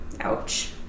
Ouch